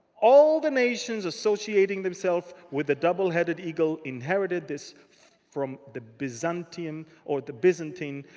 all the nations associating themselves with the double-headed eagle inherited this from the byzantian or the byzantine.